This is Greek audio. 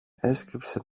έσκυψε